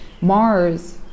Mars